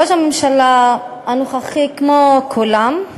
ראש הממשלה הנוכחי, כמו כולם,